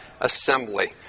assembly